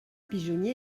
pigeonnier